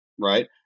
right